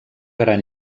gran